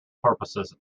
purposes